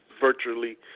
virtually